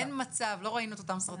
אין מצב, לא ראינו את אותם סרטים.